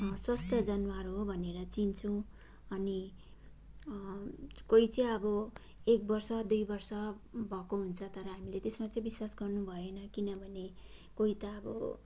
स्वास्थ जनावर हो भनेर चिन्छौँ अनि कोही चाहिँ अब एक वर्ष दुई वर्ष भएको हुन्छ तर हामीले त्यसमा चाहिँ विश्वास गर्नु भएन किनभने कोही त अब